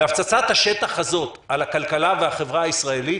הפצצת השטח הזאת על הכלכלה והחברה הישראלית,